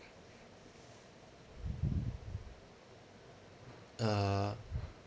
uh